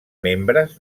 membres